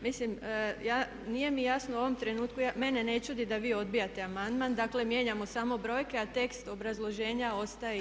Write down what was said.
Mislim, nije mi jasno u ovom trenutku, mene ne čudi da vi odbijate amandman, dakle mijenjamo samo brojke a tekst obrazloženja ostaje isti.